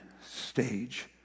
stage